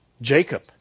Jacob